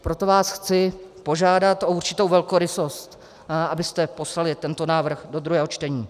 Proto vás chci požádat o určitou velkorysost, abyste poslali tento návrh do druhého čtení.